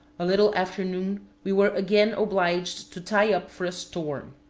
a little after noon we were again obliged to tie up for a storm.